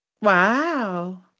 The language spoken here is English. Wow